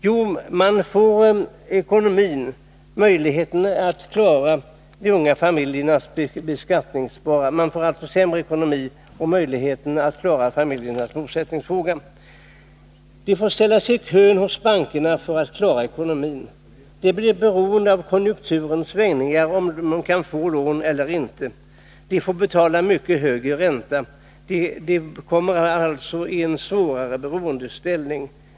Jo, man får sämre ekonomiska möjligheter att klara de unga familjernas bosättningsfråga. De får ställa sig i kön hos bankerna för att klara ekonomin. De blir beroende av konjunkturens svängningar, vare sig de nu kan få lån eller inte. De får betala mycket högre ränta. De får allt svårare att komma ur sin beroendeställning.